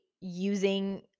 using